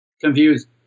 Confused